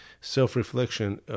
self-reflection